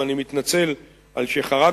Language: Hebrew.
ואני מתנצל על שחרגתי.